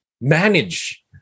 manage